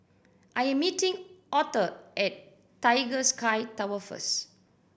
I am meeting Authur at Tiger Sky Tower first